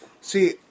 See